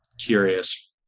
curious